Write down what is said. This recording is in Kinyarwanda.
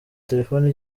telefoni